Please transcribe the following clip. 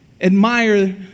admire